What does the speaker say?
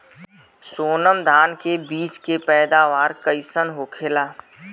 सोनम धान के बिज के पैदावार कइसन होखेला?